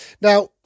Now